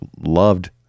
Loved